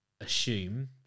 assume